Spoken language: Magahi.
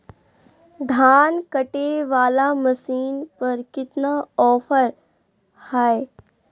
धान कटे बाला मसीन पर कितना ऑफर हाय?